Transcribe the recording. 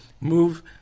move